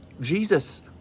Jesus